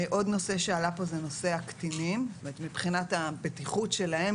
עוד נושא שעלה פה זה נושא הקטינים מבחינת הבטיחות שלהם.